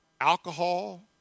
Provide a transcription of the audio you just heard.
alcohol